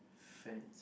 fans